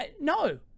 no